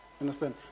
understand